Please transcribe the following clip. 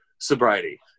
sobriety